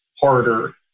harder